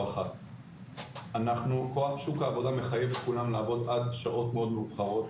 13:00. שוק העבודה מחייב את כולם לעבוד עד שעות מאוד מאוחרות,